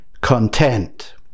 content